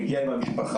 הוא מגיע עם המשפחה.